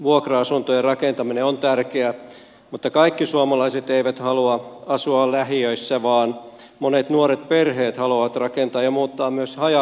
vuokra asuntojen rakentaminen on tärkeää mutta kaikki suomalaiset eivät halua asua lähiöissä vaan monet nuoret perheet haluavat rakentaa ja muuttaa myös haja asutusalueille